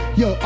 yo